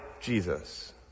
jesus